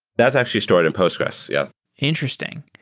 that's actually stored in postgres. yeah interesting.